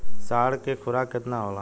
साढ़ के खुराक केतना होला?